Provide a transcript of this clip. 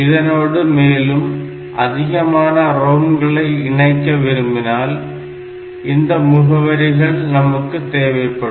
இதனோடு மேலும் அதிகமான ROM ளை இணைக்க விரும்பினால் இந்த முகவரிகள் நமக்கு தேவைப்படும்